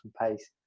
pace